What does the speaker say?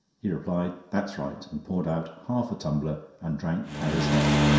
he replied that's right, and poured out half a tumbler and drank carrie's health,